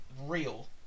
real